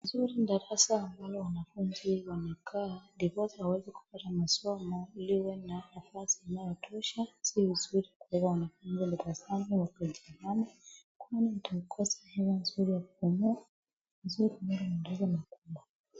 Uzuri ni darasa ambalo wanafunzi wamekaa ndiposa waweze kupata masomo liwe na nafasi inayotosha si uzuri kuweka wanafunzi walitazame kwani ndanii, kwani watakosa hewa nzuri ya kupumua ni vizuri kuona madirisha makubwa